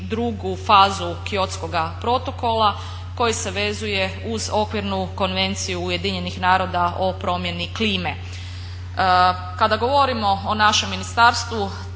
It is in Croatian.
drugu fazu Kyotskoga protokola koji se vezuje uz Okvirnu konvenciju Ujedinjenih naroda o promjeni klime. Kada govorimo o našem ministarstvu